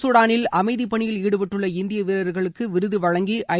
சூடானில் அமைதி பணியில் ஈடுபட்டுள்ள இந்திய வீரர்களுக்கு விருது வழங்கி ஐ